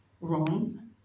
wrong